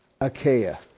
Achaia